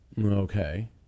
okay